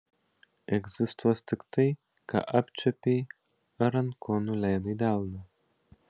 egzistuos tik tai ką apčiuopei ar ant ko nuleidai delną